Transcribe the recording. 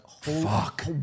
fuck